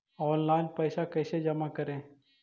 Online पैसा कैसे जमा करे?